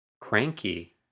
cranky